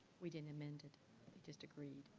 we didn't amend it, we just agreed.